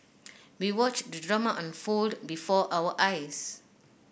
we watched the drama unfold before our eyes